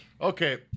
Okay